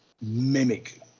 mimic